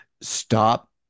stop